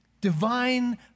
Divine